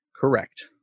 Correct